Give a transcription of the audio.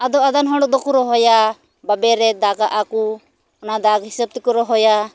ᱟᱫᱚ ᱟᱫᱷᱮᱱ ᱦᱚᱲ ᱫᱚᱠᱚ ᱨᱚᱦᱚᱭᱟ ᱵᱟᱵᱮᱨᱮ ᱫᱟᱜᱽ ᱟᱜᱼᱟ ᱠᱚ ᱚᱱᱟ ᱫᱟᱜᱽ ᱦᱤᱥᱟᱹᱵ ᱛᱮᱠᱚ ᱨᱚᱦᱚᱭᱟ